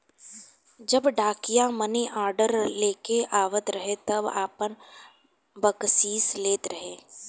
जब डाकिया मानीऑर्डर लेके आवत रहे तब आपन बकसीस लेत रहे